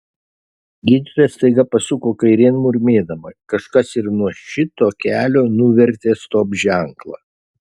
gydytoja staiga pasuko kairėn murmėdama kažkas ir nuo šito kelio nuvertė stop ženklą